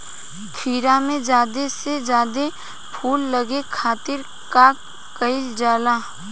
खीरा मे ज्यादा से ज्यादा फूल लगे खातीर का कईल जाला?